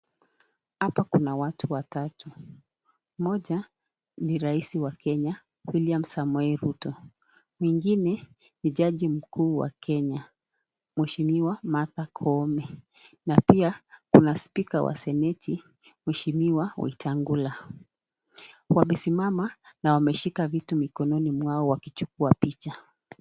Hapa kuna watu watatu moja ni rais wa Kenya William Samoe Ruto mwingine ni jaji mkuu wa Kenya mweshimiwa Martha koome, na pia kuna spika wa seneti mweshimiwa Wetangula, wakisimama na wameshika kitu mikononi mwao walichukua picha.